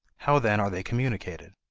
how then are they communicated?